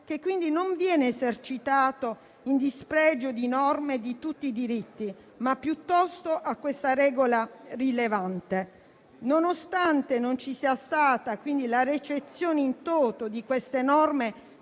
che quindi non viene esercitato in dispregio di norme e di tutti i diritti, ma piuttosto ha questa regola rilevante. Nonostante non ci sia stata la recezione *in toto* di tali norme